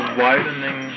widening